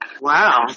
Wow